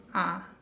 ah